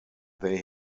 they